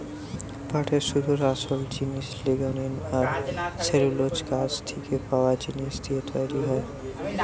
পাটের সুতোর আসোল জিনিস লিগনিন আর সেলুলোজ গাছ থিকে পায়া জিনিস দিয়ে তৈরি হয়